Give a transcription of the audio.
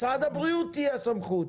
משרד הבריאות הוא הסמכות.